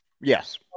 Yes